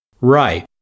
Right